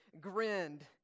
grinned